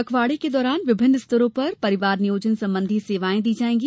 पखवाड़े के दौरान विभिन्न स्तरों पर परिवार नियोजन संबंधी सेवाएँ दी जायेंगी